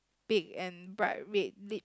big and bright red lips